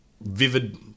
vivid